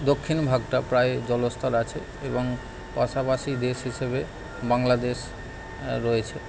দক্ষিণভাগটা প্রায় জলস্তর আছে এবং পাশাপাশি দেশ হিসেবে বাংলাদেশ রয়েছে